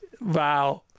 Wow